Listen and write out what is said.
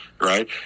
Right